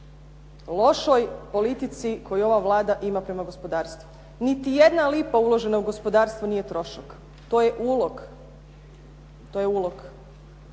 lošoj politici koju ova Vlada ima prema gospodarstvu. Niti jedna lipa uložena u gospodarstvo nije trošak. To je ulog. To je ulog.